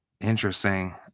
Interesting